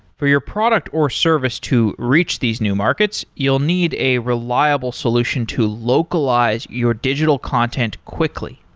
for your product or service to reach these new markets you'll need a reliable solution to localize your digital content quickly.